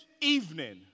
evening